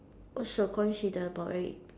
what's your consider about it